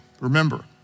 remember